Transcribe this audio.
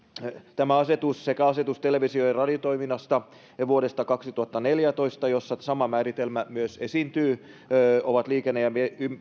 tämä asetus sekä asetus televisio ja radiotoiminnasta vuodelta kaksituhattaneljätoista jossa sama määritelmä myös esiintyy ovat liikenne ja